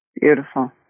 Beautiful